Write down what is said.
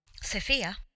Sophia